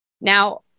Now